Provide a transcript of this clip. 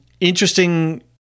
interesting